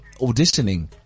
auditioning